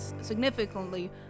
significantly